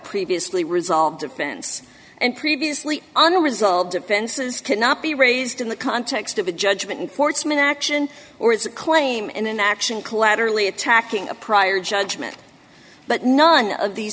previously resolved defense and previously unresolved defenses cannot be raised in the context of a judgment in portsmouth action or its claim in an action collaterally attacking a prior judgment but none of these